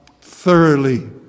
thoroughly